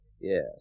Yes